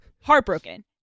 Heartbroken